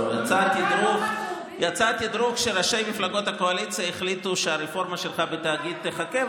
יצא תדרוך שראשי מפלגות הקואליציה החליטו שהרפורמה שלך בתאגיד תחכה,